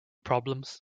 problems